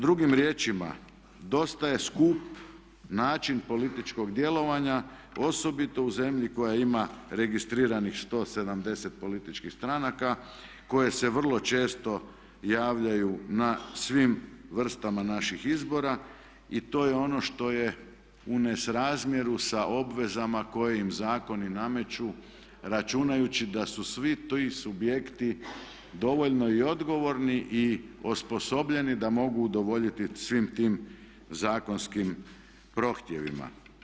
Drugim riječima, dosta je skup način političkog djelovanja, osobito u zemlji koja ima registriranih 170 političkih stranaka koje se vrlo često javljaju na svim vrstama naši izbora i to je ono što je u nesrazmjeru sa obvezama koje im zakoni nameću računajući da su svi ti subjekti dovoljno i odgovorni i osposobljeni da mogu udovoljiti svim tim zakonskim prohtjevima.